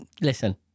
listen